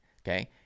okay